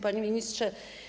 Panie Ministrze!